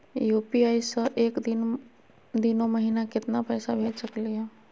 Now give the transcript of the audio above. UPI स एक दिनो महिना केतना पैसा भेज सकली हे?